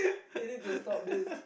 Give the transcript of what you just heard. you need to stop this